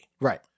Right